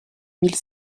mille